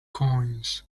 coins